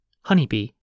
Honeybee